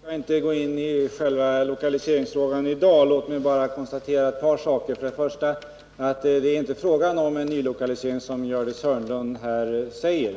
Herr talman! Jag skall inte gå in på själva lokaliseringsfrågan i dag. Låt mig bara konstatera ett par saker. För det första är det inte fråga om en ny lokalisering, som Gördis Hörnlund säger.